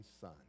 son